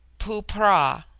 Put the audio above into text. poo-pra,